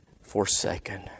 forsaken